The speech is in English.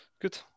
good